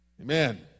Amen